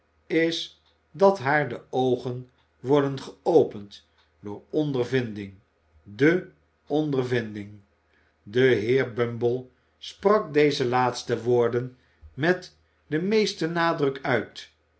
is dat haar de oogen worden geopend door ondervinding de ondervinding de heer bumble sprak deze laatste woorden met den meesten nadruk uit